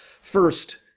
First